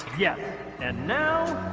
yeah and now